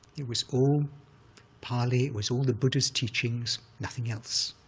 it was all pali. it was all the buddhist teachings, nothing else,